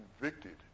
convicted